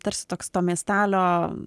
tarsi toks to miestelio